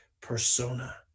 persona